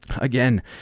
Again